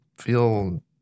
feel